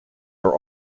are